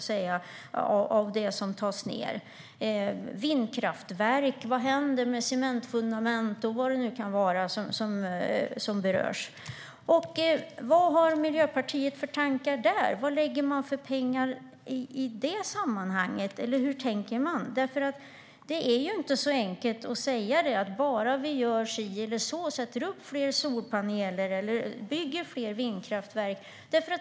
Vindkraftverk, till exempel - vad händer med deras cementfundament och vad det nu kan vara som berörs? Vad har Miljöpartiet för tankar i det här sammanhanget? Vad lägger man för pengar på detta? Det är ju inte så enkelt som att säga att vi bara gör si eller så, sätter upp fler solpaneler eller bygger vindkraftverk.